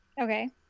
okay